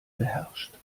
beherrscht